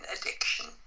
addiction